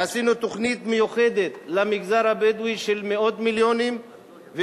ועשינו תוכנית מיוחדת של מאות מיליונים למגזר הבדואי,